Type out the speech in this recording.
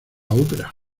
ópera